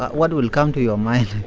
what will come to your mind?